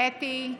קטי?